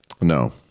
no